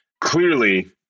clearly